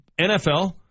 NFL